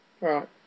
Right